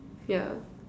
yeah